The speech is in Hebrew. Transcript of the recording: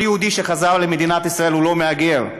כל יהודי שחזר למדינת ישראל הוא לא מהגר,